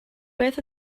beth